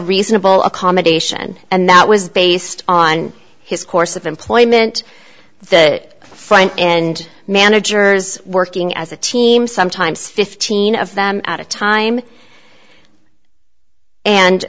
reasonable accommodation and that was based on his course of employment the fine and managers working as a team sometimes fifteen of them at a time and